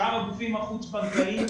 שאר הגופים החוץ בנקאיים